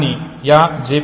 आणि या जे